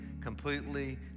completely